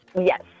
Yes